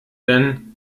denn